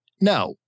Now